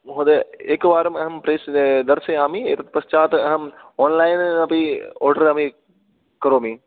महोदय एकवारम् अहं प्रेष् दर्शयामि एतत् पश्चात् अहम् आन्लैन् आर्डर् अपि करोमि